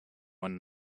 one